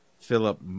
Philip